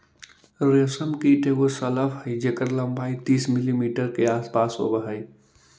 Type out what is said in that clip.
रेशम कीट एगो शलभ हई जेकर लंबाई तीस मिलीमीटर के आसपास होब हई